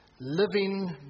Living